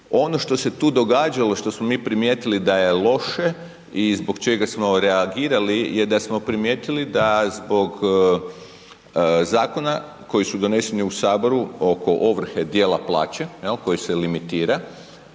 Ono što se tu događalo, što smo mi primijetili da je loše i zbog čega smo reagirali je da smo primijetili da zbog zakona koji su doneseni u saboru oko ovrhe dijela plaće jel, koji se limitira